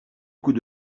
coups